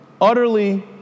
utterly